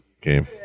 game